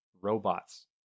robots